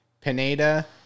Pineda